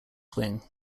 wing